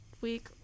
week